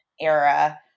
era